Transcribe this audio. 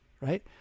Right